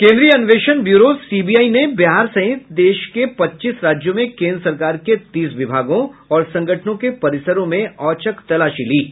केन्द्रीय अन्वेषण bureau CBI ने बिहार सहित देश के पच्चीस राज्यों में केन्द्र सरकार के तीस विभागों और संगठनों के परिसरों में औचक तलाशी ली है